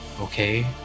Okay